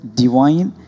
divine